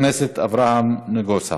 חבר הכנסת אברהם נגוסה,